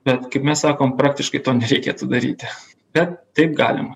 bet kaip mes sakom praktiškai to nereikėtų daryti bet taip galima